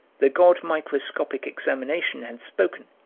the god microscopic examination had spoken.